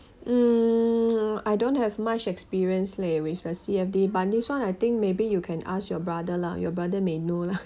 mm I don't have much experience leh with the C_F_D but this one I think maybe you can ask your brother lah your brother may know lah